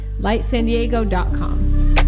lightsandiego.com